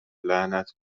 لعنت